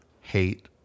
hate